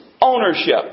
ownership